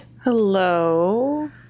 Hello